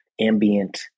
ambient